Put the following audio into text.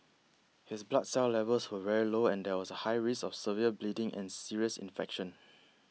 his blood cell levels were very low and there was a high risk of severe bleeding and serious infection